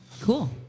Cool